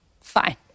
Fine